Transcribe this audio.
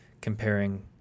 comparing